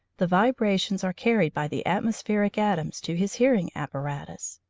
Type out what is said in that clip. the vibrations are carried by the atmospheric atoms to his hearing apparatus.